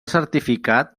certificat